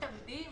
מתאבדים